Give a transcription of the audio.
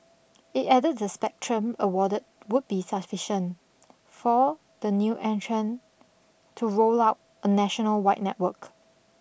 it added the spectrum awarded would be sufficient for the new entrant to roll out a national wide network